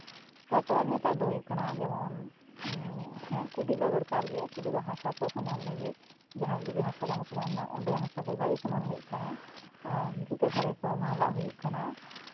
ᱛᱟᱨᱯᱚᱨ ᱱᱮᱛᱟᱨ ᱫᱚ ᱦᱩᱭᱩᱜ ᱠᱟᱱᱟ ᱡᱮᱢᱚᱱ ᱠᱩᱰᱤ ᱫᱚ ᱫᱚᱨᱠᱟᱨ ᱜᱮ ᱠᱩᱰᱤ ᱫᱚ ᱦᱟᱥᱟ ᱠᱚ ᱥᱚᱢᱟᱱ ᱞᱟᱹᱜᱤᱫ ᱡᱟᱦᱟᱸ ᱡᱩᱫᱤ ᱦᱟᱥᱟ ᱵᱟᱝ ᱥᱚᱢᱟᱱᱚᱜ ᱚᱸᱰᱮ ᱦᱟᱥᱟ ᱠᱚ ᱜᱟᱹᱨᱤ ᱥᱚᱢᱟᱱ ᱦᱩᱭᱩᱜ ᱠᱟᱱᱟ ᱟᱨ ᱵᱷᱤᱛᱟᱹᱨ ᱫᱷᱟᱨᱮ ᱠᱚ ᱞᱟᱜᱟᱜ ᱦᱩᱭᱩᱜ ᱠᱟᱱᱟ